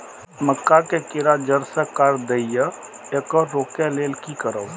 मक्का के कीरा जड़ से काट देय ईय येकर रोके लेल की करब?